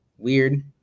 Weird